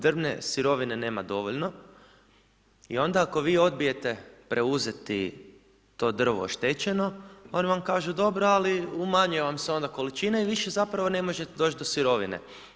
Drvne sirovine nema dovoljno, i onda ako vi odbijete preuzeti to drvo oštećeno, onda vam kažu dobro, ali umanjuje vam se onda količina i više zapravo ne možete doći do sirovine.